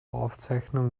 aufzeichnung